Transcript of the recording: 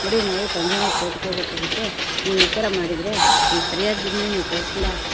ನೋಡಿ ನಾವು ಕನ್ಸ್ಯೂಮರ್ ಕೋರ್ಟ್ಗೆ ಹೋಗ್ಬೊಕಾಗುತ್ತೆ ನೀವು ಈ ಥರ ಮಾಡಿದರೆ ಈ ಸರ್ಯಾದ್ದನ್ನೇ ನೀವು ಕಳಿಸಿಲ್ಲ